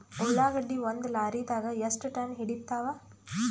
ಉಳ್ಳಾಗಡ್ಡಿ ಒಂದ ಲಾರಿದಾಗ ಎಷ್ಟ ಟನ್ ಹಿಡಿತ್ತಾವ?